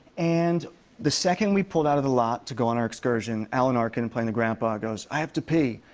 and the second we pulled out of the lot to go on our excursion, alan arkin, playing the grandpa, goes, i have to pee.